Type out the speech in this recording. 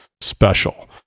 special